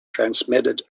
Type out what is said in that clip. transmitted